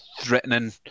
threatening